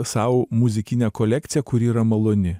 sau muzikinę kolekciją kuri yra maloni